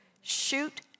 Shoot